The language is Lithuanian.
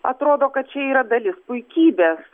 atrodo kad čia yra dalis puikybės